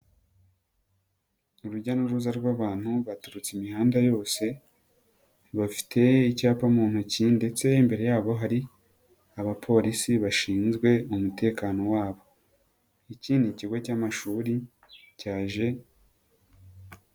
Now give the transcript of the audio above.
Urujya n'uruza rw'abantu baturutse imihanda yose, bafite icyapa mu ntoki ndetse imbere yabo hari, abapolisi bashinzwe umutekano wabo. Ikindi ni ikigo cy'amashuri cyaje.